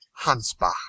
Hansbach